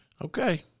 Okay